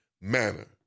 manner